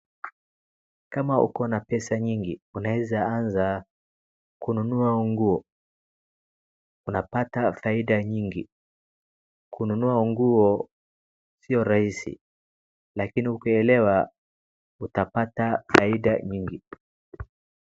Kama uko na pesa nyingi, unaweza anza kununua nguo unapata faida nyingi, kununua nguo si rahisi lakini ukielewa utapata faida nyingi.